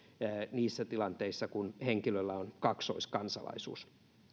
niissä tilanteissa kun henkilöllä on kaksoiskansalaisuus